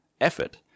effort